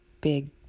big